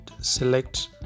select